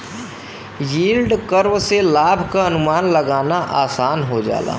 yield curve से लाभ क अनुमान लगाना आसान हो जाला